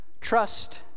Trust